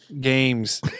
games